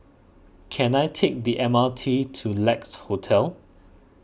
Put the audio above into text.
can I take the M R T to Lex Hotel